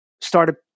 started